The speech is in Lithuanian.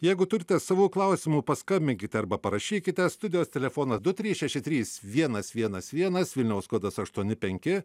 jeigu turite savo klausimų paskambinkite arba parašykite studijos telefonas du trys šeši trys vienas vienas vienas vilniaus kodas aštuoni penki